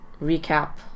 recap